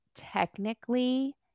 technically